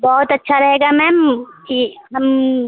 बहुत अच्छा रहेगा मैम कि हम